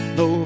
no